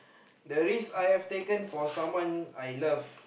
the risk I have taken for someone I love